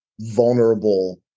vulnerable